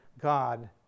God